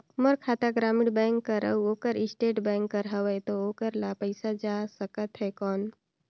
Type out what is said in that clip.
मोर खाता ग्रामीण बैंक कर अउ ओकर स्टेट बैंक कर हावेय तो ओकर ला पइसा जा सकत हे कौन?